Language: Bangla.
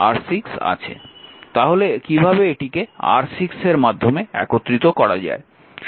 তাহলে কীভাবে এটিকে R6 এর মাধ্যমে একত্রিত করা যায়